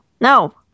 No